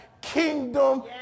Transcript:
kingdom